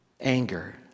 anger